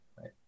right